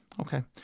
Okay